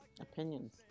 opinions